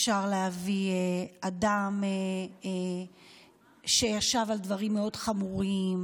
אפשר להביא אדם שישב על דברים מאוד חמורים,